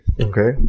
Okay